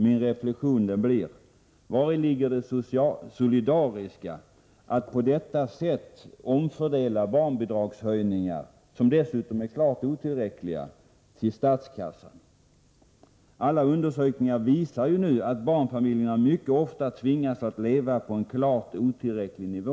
Min reflexion blir: Vari ligger det solidariska i att på detta sätt omfördela barnbidragshöjningar — som dessutom är klart otillräckliga — till statskassan? Alla undersökningar visar att barnfamiljer ofta tvingas att leva på en klart otillräcklig nivå.